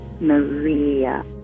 Maria